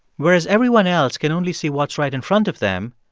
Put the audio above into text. whereas everyone else can only see what's right in front of them,